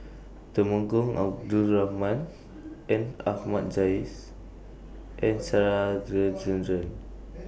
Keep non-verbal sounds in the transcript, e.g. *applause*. Temenggong Abdul Rahman and Ahmad Jais and *unintelligible* Rajendran